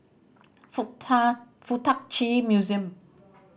Fuk Ta Fuk Tak Chi Museum